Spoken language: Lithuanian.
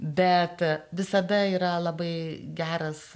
bet visada yra labai geras